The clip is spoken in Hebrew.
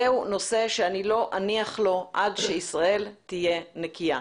זה נושא שאני לא אניח לו עד שישראל תהיה נקייה.